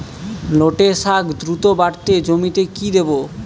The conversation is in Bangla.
লটে শাখ দ্রুত বাড়াতে জমিতে কি দেবো?